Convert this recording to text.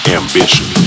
ambition